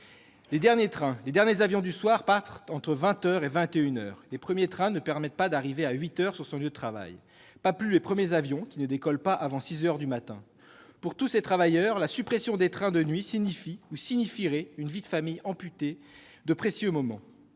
Les derniers trains, les derniers avions du soir partent entre vingt heures et vingt et une heures ; les premiers trains ne permettent pas d'arriver à huit heures sur son lieu de travail, pas plus que les premiers avions, qui ne décollent pas avant six heures du matin. Pour tous ces travailleurs, la suppression des trains de nuit signifie, ou signifierait, une vie de famille amputée de précieux moments.